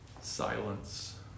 Silence